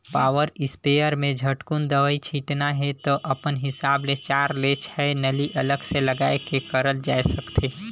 power sprayer में झटकुन दवई छिटना हे त अपन हिसाब ले चार ले छै नली अलग से लगाये के करल जाए सकथे